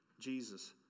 Jesus